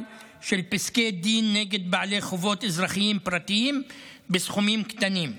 של פסקי דין נגד בעלי חובות אזרחיים פרטיים בסכומים קטנים.